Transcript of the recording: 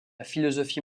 philosophie